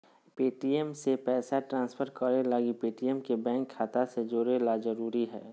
Paytm से पैसा transfer करे लगी पेटीएम के बैंक खाता से जोड़े ल जरूरी हय